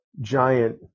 giant